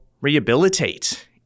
rehabilitate